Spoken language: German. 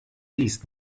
liest